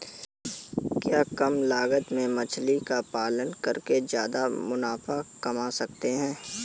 क्या कम लागत में मछली का पालन करके ज्यादा मुनाफा कमा सकते हैं?